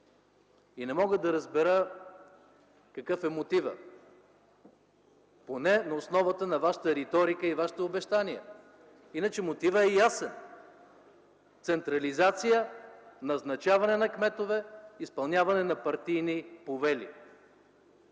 И не мога да разбера какъв е мотивът, поне на основата на вашата риторика и вашите обещания, иначе мотивът е ясен - централизация, назначаване на кметове, изпълняване на партийни повели.